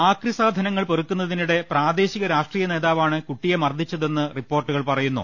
ആക്രി സാധനങ്ങൾ പെറുക്കുന്നതിനിടെ പ്രാദേ ശിക രാഷ്ട്രീയ നേതാവാണ് കുട്ടിയെ മർദ്ദിച്ചതെന്ന് റിപ്പോർട്ടുകൾ പറയുന്നു